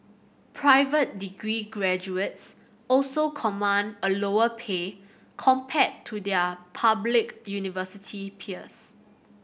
private degree graduates also command a lower pay compared to their public university peers